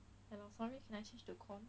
I will probably just chill cause